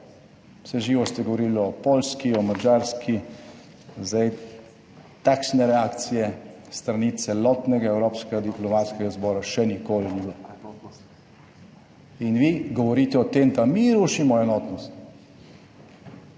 Vse živo ste govorili o Poljski, o Madžarski, zdaj takšne reakcije s strani celotnega evropskega diplomatskega zbora še nikoli ni bil. In vi govorite o tem, da mi rušimo enotnost.